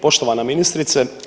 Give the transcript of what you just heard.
Poštovana ministrice.